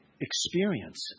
experience